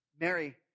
Mary